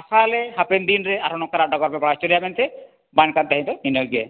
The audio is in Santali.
ᱟᱥᱟᱭᱟᱞᱮ ᱦᱟᱯᱮᱱ ᱫᱤᱱ ᱨᱮ ᱟᱨᱦᱚᱸ ᱱᱚᱝᱠᱟᱱᱟᱜ ᱰᱚᱜᱚᱨ ᱯᱮ ᱵᱟᱲᱟᱭ ᱦᱚᱪᱚᱞᱮᱭᱟ ᱢᱮᱱᱛᱮ ᱢᱟ ᱮᱱᱠᱷᱟᱱ ᱛᱮᱦᱮᱧ ᱫᱚ ᱤᱱᱟᱹ ᱜᱮ